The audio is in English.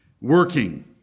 working